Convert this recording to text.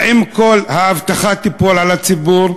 האם כל האבטחה תיפול על הציבור?